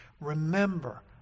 Remember